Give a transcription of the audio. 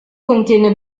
contiene